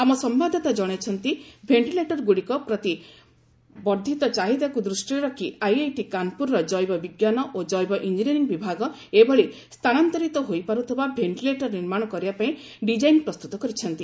ଆମ ସମ୍ଭାଦଦାତା ଜଣାଇଛନ୍ତି ଭେଷିଲେଟର୍ଗୁଡ଼ିକ ପ୍ରତି ବର୍ଦ୍ଧିତ ଚାହିଦାକୁ ଦୃଷ୍ଟିରେ ରଖି ଆଇଆଇଟି କାନ୍ପୁରର ଜେବ ବିଜ୍ଞାନ ଓ ଜେବ ଇଞ୍ଜିନିୟରିଙ୍ଗ୍ ବିଭାଗ ଏଭଳି ସ୍ଥାନାନ୍ତରିତ ହୋଇପାର୍ଥିବା ଭେଷ୍ଟିଲେଟର୍ ନିର୍ମାଣ କରିବାପାଇଁ ଡିକାଇନ୍ ପ୍ରସ୍ତତ କରିଛନ୍ତି